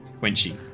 Quenchy